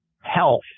health